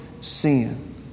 sin